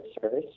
service